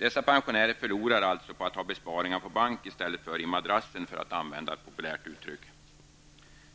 En sådan pensionär förlorar alltså på att ha besparingar på bank i stället för att ha dem i madrassen, för att använda ett populärt uttryckssätt.